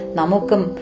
Namukum